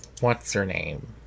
What's-Her-Name